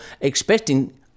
expecting